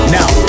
Now